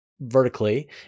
vertically